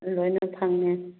ꯑꯗꯨ ꯂꯣꯏꯅ ꯐꯪꯉꯦ